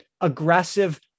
aggressive